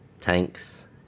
tanks